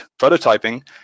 prototyping